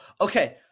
Okay